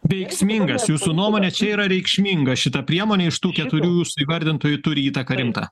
veiksmingas jūsų nuomone čia yra reikšminga šita priemonė iš tų keturių jūsų įvardintųjų turi įtaką rimtą